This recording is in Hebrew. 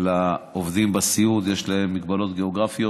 לעובדים בסיעוד: יש להם מגבלות גיאוגרפיות,